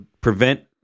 prevent